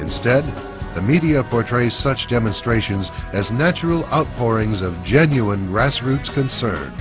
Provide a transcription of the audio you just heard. instead the media portrays such demonstrations as natural outpourings of genuine grassroots concern